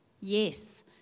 Yes